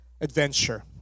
adventure